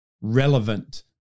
relevant